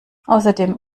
außerdem